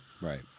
right